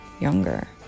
Younger